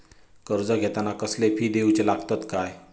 कर्ज घेताना कसले फी दिऊचे लागतत काय?